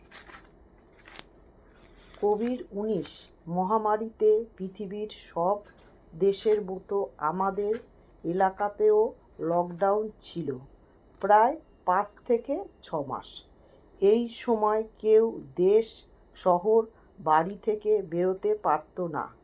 Covid উনিশ মহামারীতে পৃথিবীর সব দেশের মতো আমাদের এলাকাতেও লকডাউন ছিলো প্রায় পাঁচ থেকে ছয় মাস এই সময় কেউ দেশ শহর বাড়ি থেকে বেরোতে পারতো না পর্যাটন তো দূরের কথা